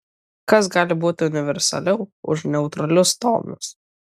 kas gali būti universaliau už neutralius tonus